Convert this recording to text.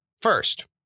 First